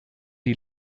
die